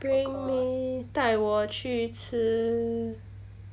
bring me 带我去吃